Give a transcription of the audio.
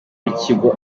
w’ikigo